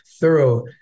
thorough